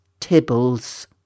Tibbles